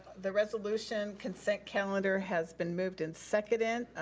the resolution consent calendar has been moved and seconded.